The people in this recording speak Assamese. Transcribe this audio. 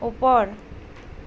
ওপৰ